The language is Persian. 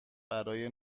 برای